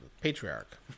Patriarch